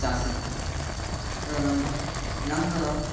ᱪᱟᱥ ᱮᱫᱟ ᱮᱱᱟᱝᱫᱚ